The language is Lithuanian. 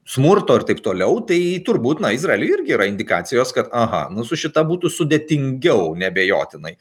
smurto ir taip toliau tai turbūt na izraely irgi yra indikacijos kad aha nu su šita būtų sudėtingiau neabejotinai